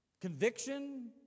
conviction